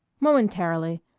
momentarily.